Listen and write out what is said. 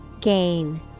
Gain